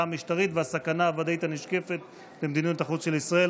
המשטרית והסכנה הוודאית הנשקפת למדיניות החוץ של ישראל.